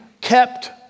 kept